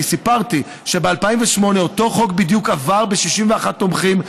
אני סיפרתי שב-2008 אותו חוק בדיוק עבר ב-61 תומכים,